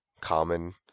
common